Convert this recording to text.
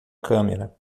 câmera